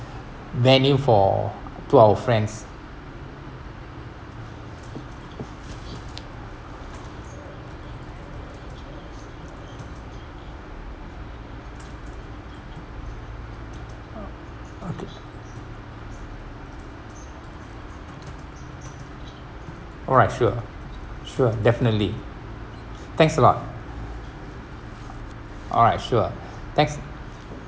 venue for two our friends okay alright sure sure definitely thanks a lot alright sure thanks